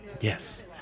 yes